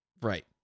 Right